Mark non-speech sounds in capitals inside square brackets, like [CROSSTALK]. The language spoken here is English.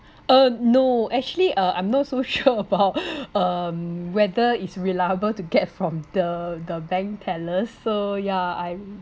uh no actually uh I'm not so sure [LAUGHS] about um whether it's reliable to get from the the bank tellers so yeah I